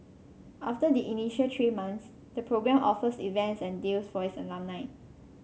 after the initial three months the program offers events and deals for its alumni